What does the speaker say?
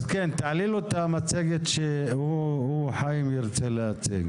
כן, אז תעלי לו את המצגת שהוא ירצה להציג.